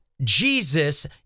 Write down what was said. Jesus